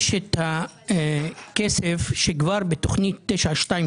יש הכסף שכבר בתוכנית 922,